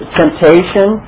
temptation